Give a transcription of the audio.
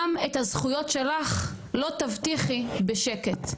גם את הזכויות שלך, לא תבטיחי בשקט.